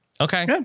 Okay